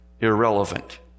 irrelevant